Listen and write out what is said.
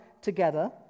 together